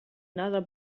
another